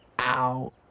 Ow